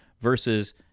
versus